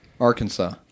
Arkansas